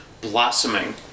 blossoming